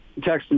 texting